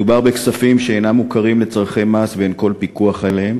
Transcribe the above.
מדובר בכספים שאינם מוכרים לצורכי מס ואין כל פיקוח עליהם,